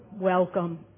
welcome